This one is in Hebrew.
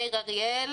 מאיר אריאל